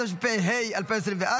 התשפ"ד 2024,